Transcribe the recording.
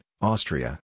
Austria